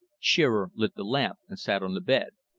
shearer lit the lamp and sat on the bed.